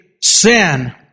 sin